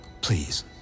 please